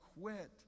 quit